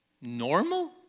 normal